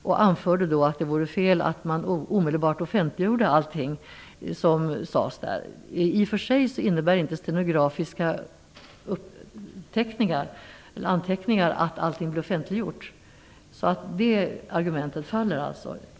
Han anförde att det vore fel att omedelbart offentliggöra allting som sägs i nämnden. I och för sig innebär inte stenografiska anteckningar att allting blir offentliggjort. Det argumentet faller alltså.